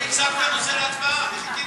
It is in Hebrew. לא הצגת את הנושא להצבעה, אני חיכיתי.